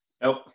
Nope